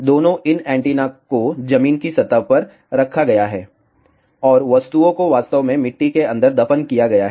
दोनों इन एंटीना को जमीन की सतह पर रखा गया है और वस्तुओं को वास्तव में मिट्टी के अंदर दफन किया गया है